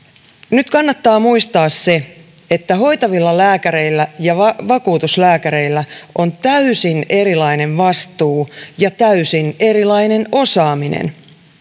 nyt kannattaa muistaa se että hoitavilla lääkäreillä ja vakuutuslääkäreillä on täysin erilainen vastuu ja täysin erilainen osaaminen